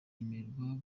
yemererwa